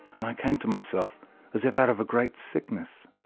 and i came to myself as if out of a great sickness.